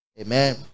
Amen